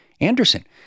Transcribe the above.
anderson